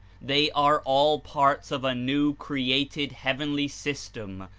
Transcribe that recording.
they are all parts of a new created heavenly system,